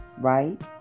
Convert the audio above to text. right